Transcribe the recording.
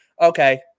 okay